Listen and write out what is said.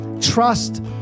trust